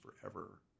forever